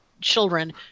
children